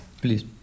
please